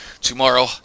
tomorrow